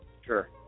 Sure